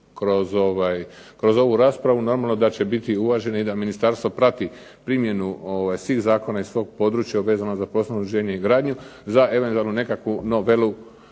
kroz ovu raspravu normalno da će biti uvažene i da ministarstvo prati primjenu svih zakona iz tog područja vezano za prostorno uređenje i gradnju za eventualnu nekakvu novelu